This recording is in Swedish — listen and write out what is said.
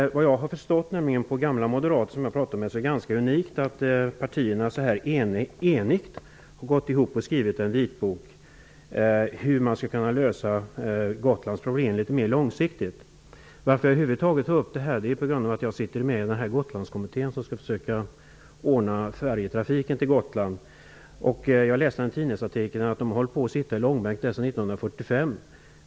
Såvitt jag har förstått efter att ha talat med gamla moderater är det närmast unikt att partierna så enigt har skrivit en vitbok om hur Gotlands problem skulle kunna lösas litet mera långsiktigt. Att jag över huvud taget tar upp detta här beror på att jag sitter med i Gotlandskommittén, som skall försöka lägga fram förslag beträffande färjetrafiken till och från Gotland. Jag har i en tidningsartikel läst att man suttit i långbänk med detta sedan 1945.